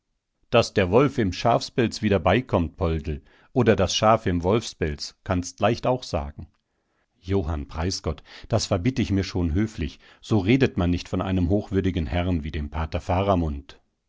daß der wolf im schafpelz wieder beikommt poldl oder das schaf im wolfspelz kannst leicht auch sagen johann preisgott das verbitt ich mir schon höflich so redet man nicht von einem hochwürdigen herrn wie dem pater